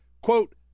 quote